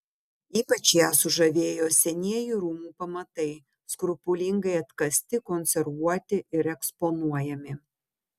ypač ją sužavėjo senieji rūmų pamatai skrupulingai atkasti konservuoti ir eksponuojami